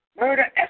murder